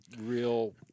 real